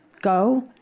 go